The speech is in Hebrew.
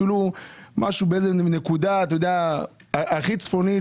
אפילו בנקודה הכי צפונית,